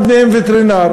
אחד מהם וטרינר,